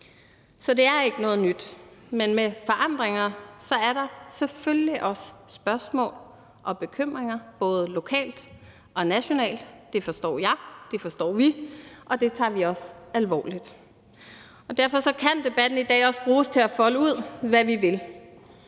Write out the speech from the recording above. Så det er ikke noget nyt, men med forandringer er der selvfølgelig også spørgsmål og bekymringer, både lokalt og nationalt – det forstår jeg, det forstår vi, og det tager vi også alvorligt – og derfor kan debatten i dag også bruges til at folde ud, hvad vi vil.